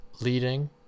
leading